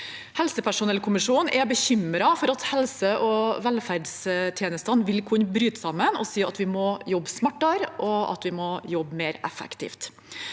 Helsepersonellkommisjonen er bekymret for at helse- og velferdstjenestene vil kunne bryte sammen, og sier at vi må jobbe smartere og mer effektivt.